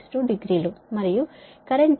62 డిగ్రీలు మరియు కరెంటు మీరు మైనస్ 36